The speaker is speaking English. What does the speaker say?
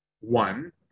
one